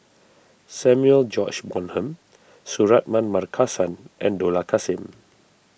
Samuel George Bonham Suratman Markasan and Dollah Kassim